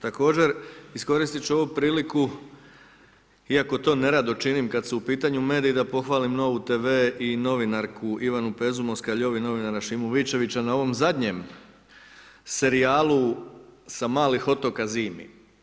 Također iskoristit ću ovu priliku, iako to nerado činim kada su u pitanju mediji da pohvalim Novu TV i novinarku Ivanu Pezo Moskaljov i novinara Šimu Vičevića na ovom zadnjem serijalu „Sa malih otoka zimi“